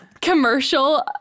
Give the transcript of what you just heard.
Commercial